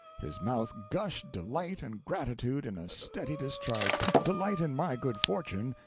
his mouth gushed delight and gratitude in a steady discharge delight in my good fortune,